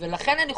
ולכן אני חושבת,